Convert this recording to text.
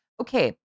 Okay